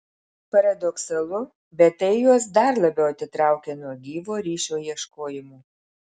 paradoksalu bet tai juos dar labiau atitraukia nuo gyvo ryšio ieškojimo